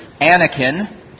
Anakin